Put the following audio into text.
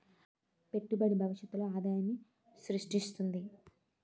పెట్టుబడి భవిష్యత్తులో ఆదాయాన్ని స్రృష్టిస్తుంది